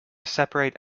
separate